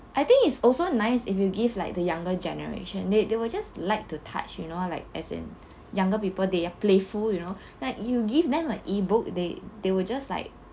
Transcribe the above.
I think it's also nice if you give like the younger generation they they will just like to touch you know like as in younger people they are playful you know like you give them a E_book they they will just like